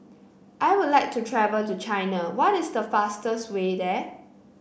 I would like to travel to China what is the fastest way there